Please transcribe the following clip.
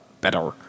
better